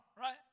right